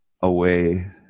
away